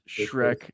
Shrek